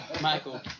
Michael